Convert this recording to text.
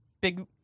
big